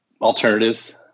alternatives